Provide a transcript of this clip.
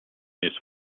this